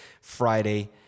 Friday